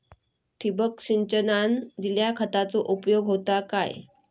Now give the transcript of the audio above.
ठिबक सिंचनान दिल्या खतांचो उपयोग होता काय?